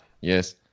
Yes